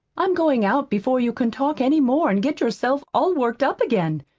i'm going out before you can talk any more, and get yourself all worked up again,